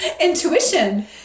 Intuition